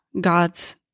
God's